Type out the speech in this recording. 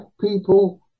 people